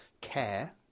care